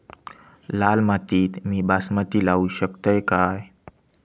लाल मातीत मी बासमती लावू शकतय काय?